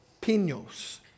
Pinos